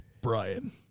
Brian